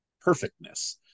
perfectness